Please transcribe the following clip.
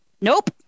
Nope